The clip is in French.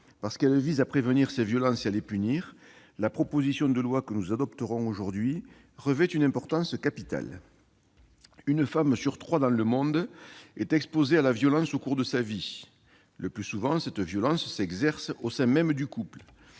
parce qu'elle vise à prévenir ces violences et à les punir, la proposition de loi que nous adopterons aujourd'hui revêt une importance capitale. Une femme sur trois dans le monde est exposée à la violence au cours de sa vie. Le plus souvent, cette violence s'exerce au sein même du couple.